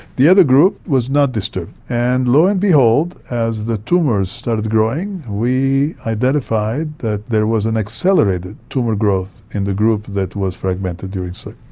the other group was not disturbed. and lo and behold, as the tumours started growing, we identified that there was an accelerated tumour growth in the group that was fragmented during sleep.